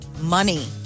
money